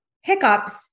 hiccups